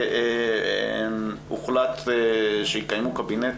הוחלט לקיים קבינט